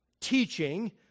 teaching